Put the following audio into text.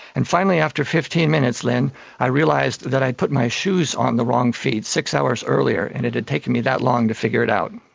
and finally after fifteen minutes i realised that i had put my shoes on the wrong feet six hours earlier and it had taken me that long to figure it out.